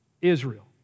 Israel